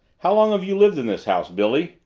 how long have you lived in this house, billy?